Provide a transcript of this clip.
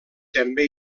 també